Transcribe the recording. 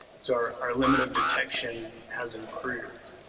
so our our limit of detection has improved.